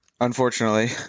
Unfortunately